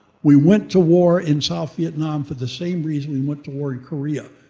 we went to war in south vietnam for the same reason we went to war in korea,